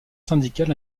syndicale